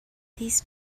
this